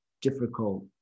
difficult